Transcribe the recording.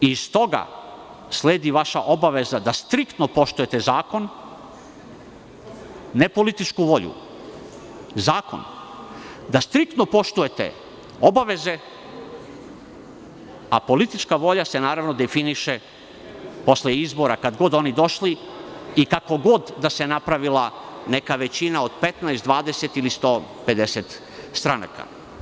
Iz toga sledi vaša obaveza da striktno poštujete zakon, ne političku volju, zakon, da striktno poštujete obaveze, a politička volja se definiše posle izbora kada god oni došli i kako god da se napravila neka većina od 15, 20 ili 150 stranaka.